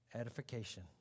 edification